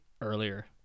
earlier